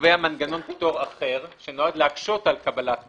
קובע מנגנון פטור אחר שנועד להקשות על קבלת פטור,